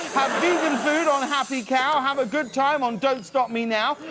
vegan food on happycow. have a good time on don't stop me now.